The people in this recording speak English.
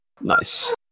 Nice